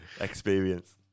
experience